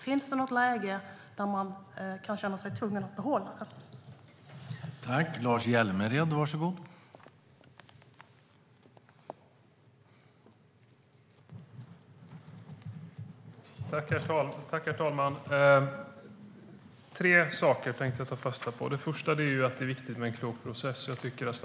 Finns det något läge då man kan känna sig tvungen att behålla denna verksamhet?